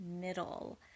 middle